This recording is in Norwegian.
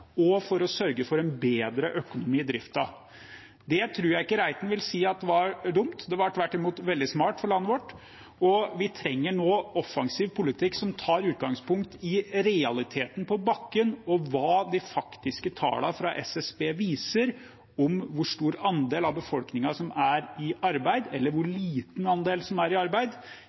og for å sørge for en bedre økonomi i driften? Det tror jeg ikke Reiten vil si var dumt. Det var tvert imot veldig smart for landet vårt, og vi trenger nå offensiv politikk som tar utgangspunkt i realiteten på bakken og hva de faktiske tallene fra SSB viser om hvor stor andel av befolkningen som er i arbeid – eller hvor liten andel som er i arbeid.